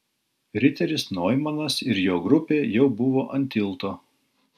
riteris noimanas ir jo grupė jau buvo ant tilto